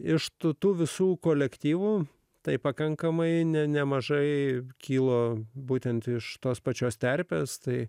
iš tų tų visų kolektyvų tai pakankamai nemažai kilo būtent iš tos pačios terpės tai